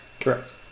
correct